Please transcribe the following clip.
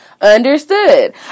understood